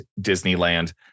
Disneyland